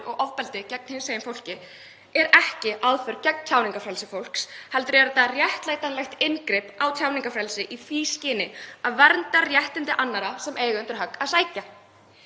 og ofbeldi gegn hinsegin fólki, er ekki aðför gegn tjáningarfrelsi fólks heldur er þetta réttlætanlegt inngrip í tjáningarfrelsi í því skyni að vernda réttindi annarra sem eiga undir högg að sækja.